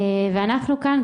ואנחנו כאן,